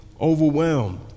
overwhelmed